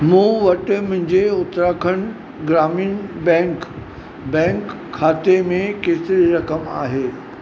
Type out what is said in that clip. मूं वटि मुंहिंजे उत्तराखंड ग्रामीण बैंक बैंक खाते में केतिरी रक़म आहे